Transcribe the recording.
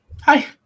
hi